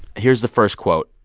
here's the first quote.